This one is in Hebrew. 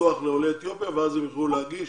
לפתוח לעולי אתיופיה ואז הם יוכלו להגיש